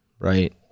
right